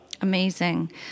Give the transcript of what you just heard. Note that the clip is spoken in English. Amazing